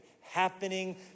happening